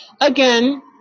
Again